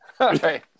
Okay